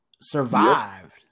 survived